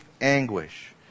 anguish